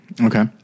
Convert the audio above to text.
Okay